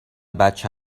بچه